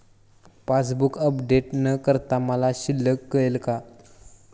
Passbook update न करता मला शिल्लक कळेल का?